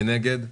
מי נגד?